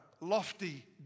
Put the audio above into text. lofty